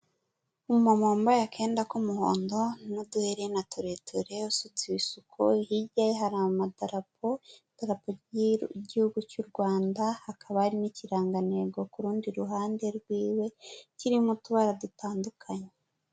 Umumama wambaye akenda k'umuhondo n'uduherena tureture usutse ibisuko, hirya ye hari amadarapo, idarapo ry'igihugu cy'u Rwanda, hakaba hari n'ikirangantego ku rundi ruhande rwiwe, kirimo utubara dutandukanye.